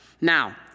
Now